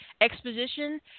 exposition